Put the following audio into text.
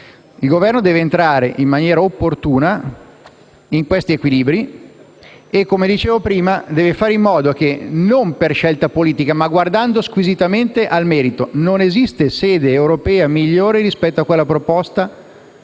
Il Governo deve entrare in maniera opportuna in questi equilibri e fare in modo che non per scelta politica, ma squisitamente per il merito, non esista sede europea migliore rispetto a quella proposta